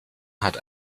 hat